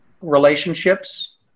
relationships